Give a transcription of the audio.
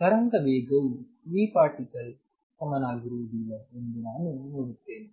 ತರಂಗ ವೇಗವು vparticle ಗೆ ಸಮನಾಗಿರುವುದಿಲ್ಲ ಎಂದು ನಾನು ನೋಡುತ್ತೇನೆ